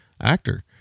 actor